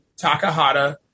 Takahata